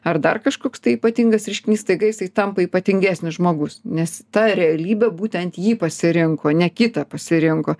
ar dar kažkoks tai ypatingas reiškinys staiga jisai tampa ypatingesnis žmogus nes ta realybė būtent jį pasirinko ne kitą pasirinko